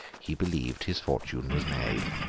he believed his fortune was made.